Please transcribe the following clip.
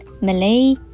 Malay